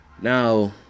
Now